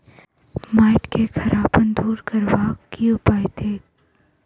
माटि केँ खड़ापन दूर करबाक की उपाय थिक?